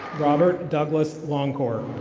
robert douglas longcor.